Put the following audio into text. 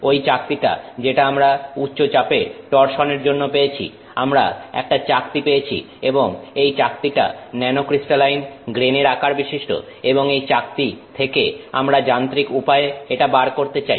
ওই চাকতিটা যেটা আমরা উচ্চচাপে টরসনের জন্য পেয়েছি আমরা একটা চাকতি পেয়েছি এবং এই চাকতিটা ন্যানোক্রিস্টালাইন গ্রেনের আকারবিশিষ্ট এবং এই চাকতি থেকে আমরা যান্ত্রিক উপায়ে এটা বার করতে চাই